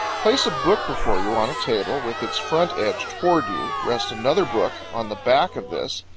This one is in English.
place a book before you on a table with its front edge toward you, rest another book on the back of this,